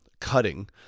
cutting